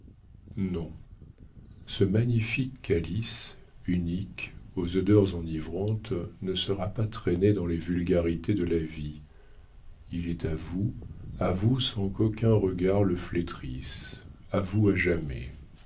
non ce magnifique calice unique aux odeurs enivrantes ne sera pas traîné dans les vulgarités de la vie il est à vous à vous sans qu'aucun regard le flétrisse à vous à jamais